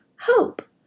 Hope